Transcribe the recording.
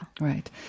right